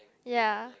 ya